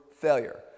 failure